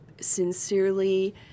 sincerely